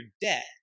debt